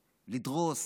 לדרוס,